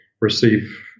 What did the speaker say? receive